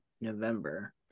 November